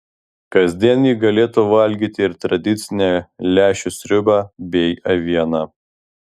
kasdien ji galėtų valgyti ir tradicinę lęšių sriubą bei avieną